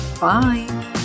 Bye